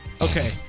Okay